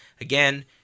again